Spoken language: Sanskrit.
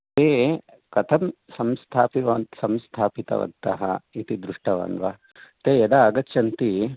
ते कथं संस्थापित संस्थापितवन्तः इति दृष्टवान् वा ते यदा आगच्छन्ति